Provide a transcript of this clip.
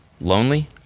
Lonely